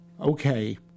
okay